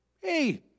Hey